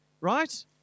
Right